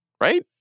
right